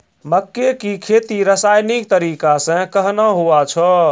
मक्के की खेती रसायनिक तरीका से कहना हुआ छ?